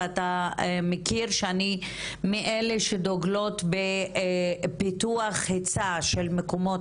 ואתה מכיר שאני מאלה שדוגלות בפיתוח היצע של מקומות